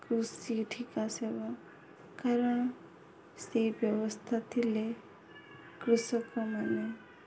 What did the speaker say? କୃଷି ଠିକା ସେବା କାରଣ ସେଇ ବ୍ୟବସ୍ଥା ଥିଲେ କୃଷକମାନେ